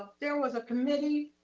ah there was a committee.